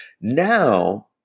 now